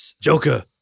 Joker